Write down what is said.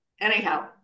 Anyhow